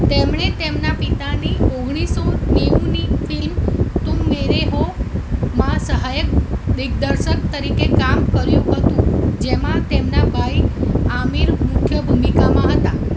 તેમણે તેમના પિતાની ઓગણીસ સો નેવુંની ફિલ્મ તુમ મેરે હોમાં સહાયક દિગ્દર્શક તરીકે કામ કર્યું હતું જેમાં તેમના ભાઈ આમિર મુખ્ય ભૂમિકામાં હતા